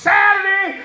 Saturday